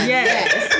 Yes